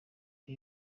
ndi